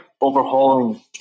overhauling